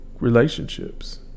relationships